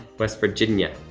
west virginia.